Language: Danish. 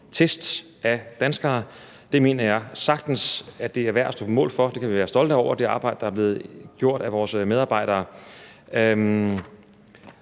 test af danskere. Det mener jeg sagtens er værd at stå på mål for; det arbejde, der er blevet gjort af vores medarbejdere,